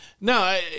no